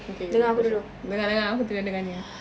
okay kau cakap dengar dengar aku tengah dengar ni